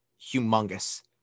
humongous